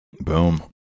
boom